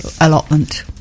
allotment